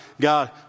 God